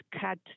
cut